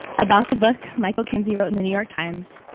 about the book, michael kinsley wrote in the new york times,